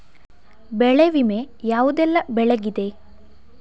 ಬೆಳೆ ವಿಮೆ ಯಾವುದೆಲ್ಲ ಬೆಳೆಗಿದೆ?